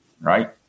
right